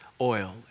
oil